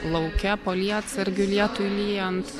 lauke po lietsargiu lietui lyjant